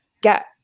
get